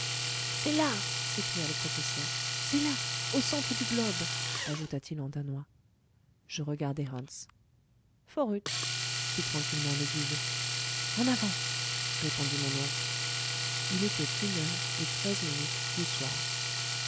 c'est là s'écria le professeur c'est là au centre du globe ajouta-t-il en danois je regardai hans forüt fit tranquillement le guide en avant répondit mon oncle il était une heure et treize minutes du soir